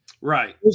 right